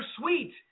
sweet